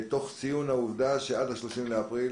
תוך ציון העובדה שעד ל-30 באפריל